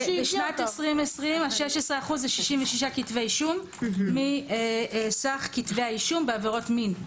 ב-2020 ה-16% זה 66 כתבי אישום מתוך סך כתבי אישום בעבירות מין.